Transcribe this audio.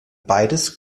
beides